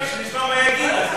כשנשמע מה הוא יגיד,